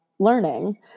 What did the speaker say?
learning